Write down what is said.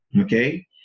Okay